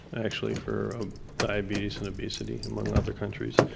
actually, for of diabetes and obesity among other countries.